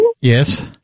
Yes